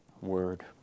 word